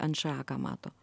nša ką mato